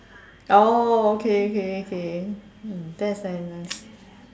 oh okay okay okay that's very nice